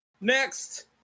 next